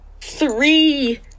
Three